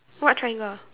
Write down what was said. what triangle